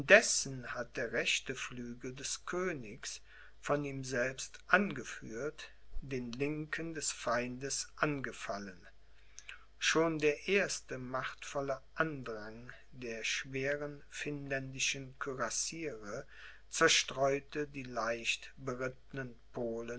hat der rechte flügel des königs von ihm selbst angeführt den linken des feindes angefallen schon der erste machtvolle andrang der schweren finnländischen kürassiere zerstreute die leicht berittenen polen